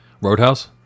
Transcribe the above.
Roadhouse